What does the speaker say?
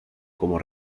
como